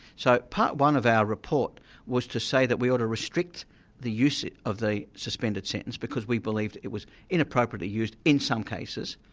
so part one of our report was to say that we ought to restrict the use of the suspended sentence, because we believed it was inappropriately used in some cases,